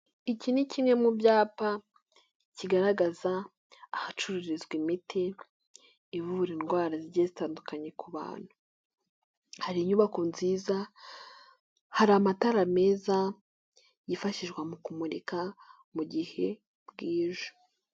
Iki ni kimwe mu byapa, kigaragaza ahacururizwa imiti ivura indwara zigiyezitandukanye ku bantu, hari inyubako nziza, hari amatara meza yifashishwa mu kumurika mu gihe bwije.